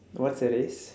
what's her race